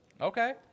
Okay